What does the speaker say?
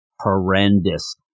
horrendous